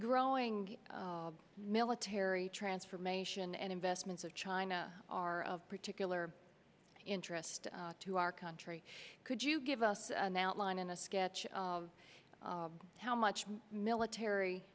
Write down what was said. growing military transformation and investments of china are of particular interest to our country could you give us an outline in a sketch how much military